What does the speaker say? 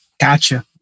Gotcha